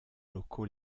locaux